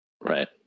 Right